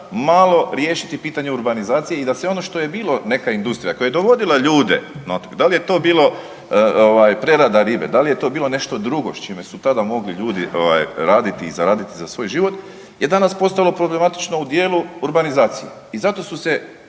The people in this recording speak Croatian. malo riješiti pitanje urbanizacije i da se ono što je bilo neka industrija koja je dovodila ljude na otoke, da li je to bilo ovaj prerada ribe, da li je to bilo nešto drugo s čime su tada mogli ljudi ovaj raditi i zaraditi za svoj život je danas postalo problematično u dijelu urbanizacije i zato su se